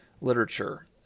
literature